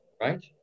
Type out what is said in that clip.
right